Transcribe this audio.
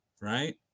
Right